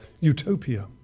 utopia